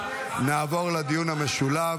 נעבור לדיון המשולב.